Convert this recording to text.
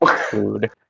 food